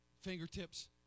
Fingertips